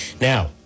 Now